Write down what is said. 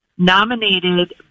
Nominated